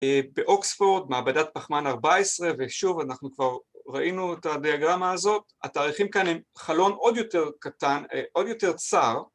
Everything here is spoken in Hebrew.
באוקספורד מעבדת פחמן 14 ושוב אנחנו כבר ראינו את הדיאגרמה הזאת התאריכים כאן הם חלון עוד יותר קטן עוד יותר צר